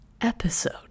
Episode